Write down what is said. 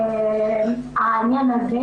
העניין הזה